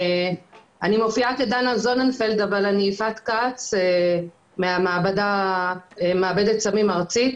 אני יפעת כץ ממעבדת הסמים הארצית,